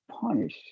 punish